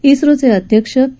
इस्रोचे अध्यक्ष के